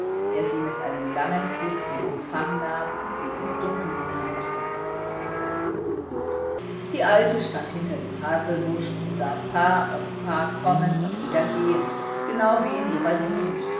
der sie mit einem langen kuß in empfang nahm und sie ins dunkel hineintrug die alte stand hinter dem haselbusch und sah paar auf paar kommen und wieder gehen genau wie in ihrer jugend